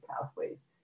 pathways